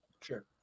Sure